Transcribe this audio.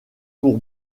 pour